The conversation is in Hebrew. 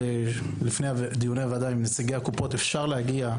לפני דיוני הוועדה שוחחתי עם נציגי הקופות ואפשר להגיע,